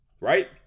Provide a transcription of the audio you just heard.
right